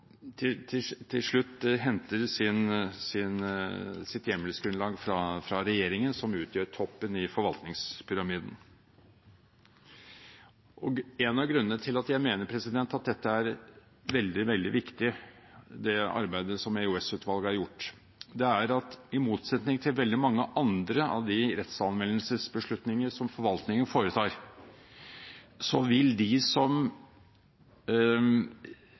til slutt henter sitt hjemmelsgrunnlag fra regjeringen, som utgjør toppen i forvaltningspyramiden. En av grunnene til at jeg mener at det er veldig, veldig viktig, det arbeidet som EOS-utvalget har gjort, er at i motsetning til veldig mange andre av de rettsanvendelsesbeslutningene som forvaltningen foretar, så vil de som